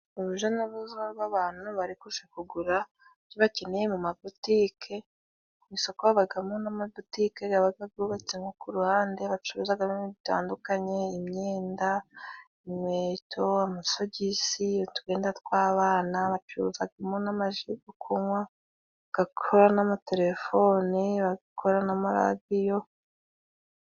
Uruja n'uruza rw'abantu bari kuja kugura ibyo bakeneye mu mabutike. Ku isoko habagamo n'amabutike gabaga gubatse nko ku ruhande bacuruzagamo ibintu bitandukanye, imyenda, inkweto, amasogisi, utwenda tw'abana, bacuruzagamo n'amaji go kunywa, bakakora n'amatelefone, bakakora n'amaradiyo.